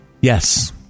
Yes